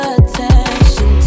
attention